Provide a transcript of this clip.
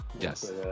Yes